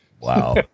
Wow